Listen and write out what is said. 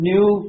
New